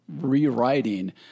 rewriting